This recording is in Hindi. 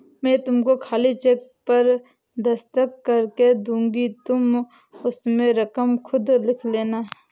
मैं तुमको खाली चेक पर दस्तखत करके दूँगी तुम उसमें रकम खुद लिख लेना